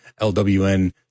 LWN